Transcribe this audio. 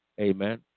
Amen